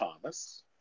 Thomas